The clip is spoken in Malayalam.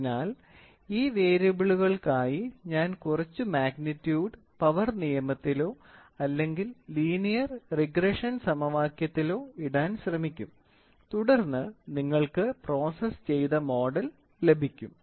അതിനാൽ ഈ വേരിയബിളുകൾക്കായി ഞാൻ കുറച്ച് മാഗ്നിറ്റ്യൂഡ് പവർ നിയമത്തിലോ അല്ലെങ്കിൽ ലീനിയർ റിഗ്രഷൻ സമവാക്യത്തിലോ ഇടാൻ ശ്രമിക്കും തുടർന്ന് നിങ്ങൾക്ക് പ്രോസസ്സ് ചെയ്ത മോഡൽ ലഭിക്കും